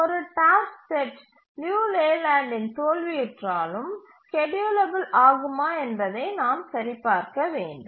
ஒரு task set லியு லேலேண்டில் தோல்வியுற்றாலும் ஸ்கேட்யூலபில் ஆகுமா என்பதை நாம் சரிபார்க்க வேண்டும்